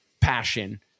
passion